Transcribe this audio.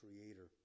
creator